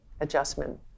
adjustment